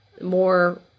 more